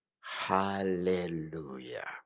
hallelujah